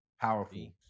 powerful